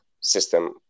system